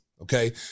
okay